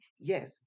yes